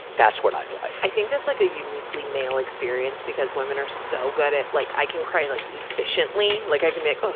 that's what i like. i think that's like a uniquely male experience, because women are so good at like, i can cry like efficiently. like i can make,